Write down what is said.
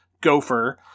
gopher